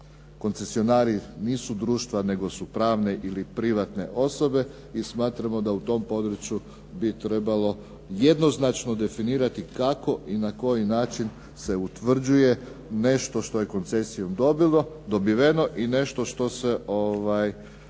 koncesionari. Nisu društva, nego su pravne ili privatne osobe. I smatramo da u tom području bi trebalo jednoznačno definirati kako i na koji način se utvrđuje nešto što je koncesijom dobiveno i nešto što se nakon